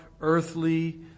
earthly